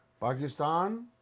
Pakistan